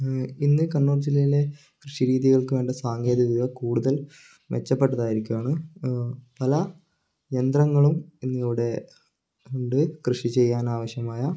ഇന്ന് കണ്ണൂർ ജില്ലയിലെ കൃഷി രീതികൾക്ക് വേണ്ട സാങ്കേതിക വിദ്യകൾ കൂടുതൽ മെച്ചപ്പെട്ടതായിരിക്കുവാണ് പല യന്ത്രങ്ങളും ഇന്ന് ഇവിടെ ഉണ്ട് കൃഷി ചെയ്യാനാവശ്യമായ